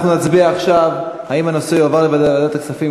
אנחנו נצביע עכשיו אם הנושא יועבר לוועדת הכספים,